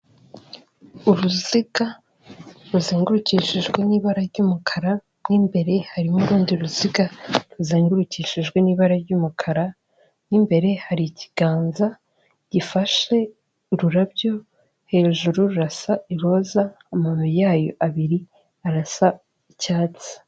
Uruziga ruzengurukishijwe n'ibara ry'umukara, mo imbere harimo urundi ruziga ruzengurukishijwe n'ibara ry'umukara, mo imbere hari ikiganza gifashe ururabyo, hejuru rurasa iroza, amababi yayo abiri arasa icyatsi.